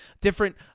different